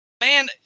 man